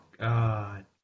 God